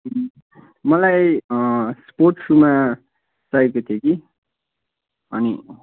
मलाई स्पोर्ट सुमा चाहिएको थियो कि अनि